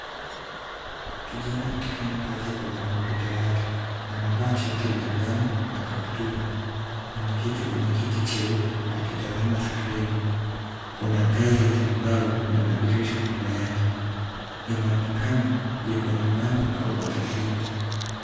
Kijana akifanya kazi kwenye kompyuta yake. Amevaa shati la njano na kaptura. Ameketi kwenye kiti cheupe akitazama skrini. Kuna ngazi za mbao na madirisha nyuma yake. Inaonekana yuko nyumbani au ofisini.